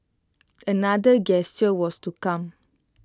another gesture was to come